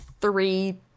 three